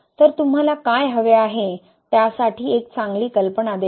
तर तुम्हाला काय हवे आहे त्यासाठी एक चांगली कल्पना देते